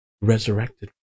resurrected